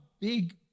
big